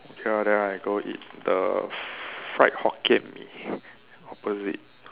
okay ah then I go eat the fried Hokkien-Mee opposite